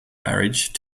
marriage